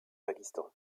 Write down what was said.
pakistan